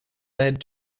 led